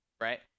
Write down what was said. right